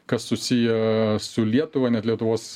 kas susiję su lietuva net lietuvos